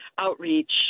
outreach